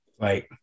Right